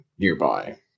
nearby